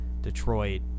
Detroit